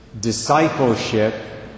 discipleship